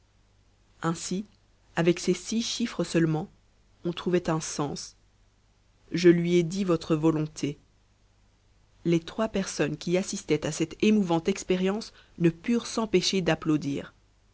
ainsi avec ces six chiffres seulement on trouvait un sens je lui ai dit votre volonté les trois personnes qui assistaient à cette émouvante expérience ne purent s'empêcher d'applaudir